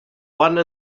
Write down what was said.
one